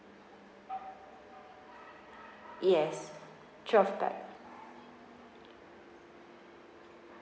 yes twelve pax